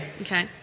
Okay